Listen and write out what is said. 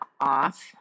off